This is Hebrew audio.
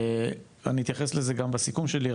אני אתייחס לזה גם בסיכום שלי,